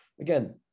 Again